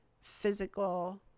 physical